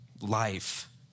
life